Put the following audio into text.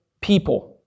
people